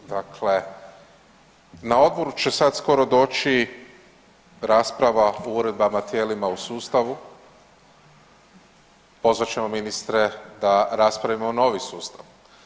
Dakle, na odboru će sad skoro doći rasprava o uredbama tijelima u sustavu, pozvat ćemo ministre da raspravimo novi sustav.